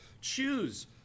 choose